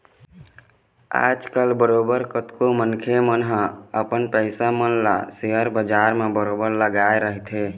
आजकल बरोबर कतको मनखे मन ह अपन पइसा मन ल सेयर बजार म बरोबर लगाए रहिथे